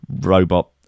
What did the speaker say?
robot